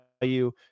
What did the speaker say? value